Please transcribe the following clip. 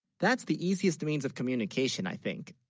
that's the easiest means of communication i think?